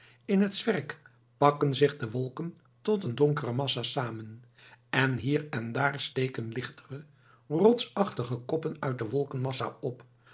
in het zwerk pakken zich de wolken tot een donkere massa samen en hier en daar steken lichtere rotsachtige koppen uit de wolkenmassa op